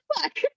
fuck